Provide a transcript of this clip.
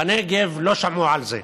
בנגב לא שמעו על זה.